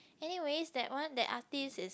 anyways that one that artist is